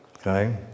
okay